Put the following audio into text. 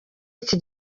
iki